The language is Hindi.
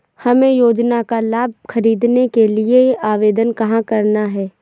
हमें योजना का लाभ ख़रीदने के लिए आवेदन कहाँ करना है?